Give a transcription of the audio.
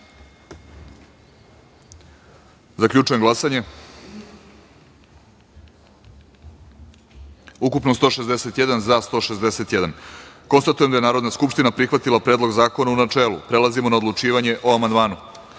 načelu. Zaključujem glasanje: ukupno –161, za – 161.Konstatujem da je Narodna skupština prihvatila Predlog zakona, u načelu. Prelazimo na odlučivanje o amandmanu. Na